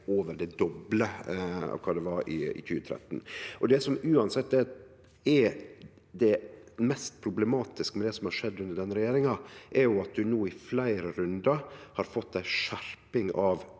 over det doble av kva det var i 2013. Det som uansett er det mest problematiske med det som har skjedd under denne regjeringa, er at ein no i fleire rundar har fått ei skjerping av